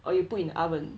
or you put in the oven